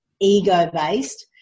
ego-based